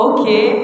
Okay